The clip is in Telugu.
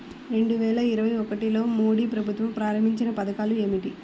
రెండు వేల ఇరవై ఒకటిలో మోడీ ప్రభుత్వం ప్రారంభించిన పథకాలు ఏమిటీ?